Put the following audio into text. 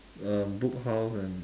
a book house and